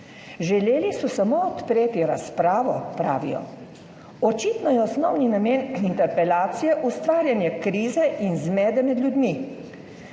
Želeli so samo odpreti razpravo, pravijo. Očitno je osnovni namen interpelacije ustvarjanje krize in zmede med ljudmi,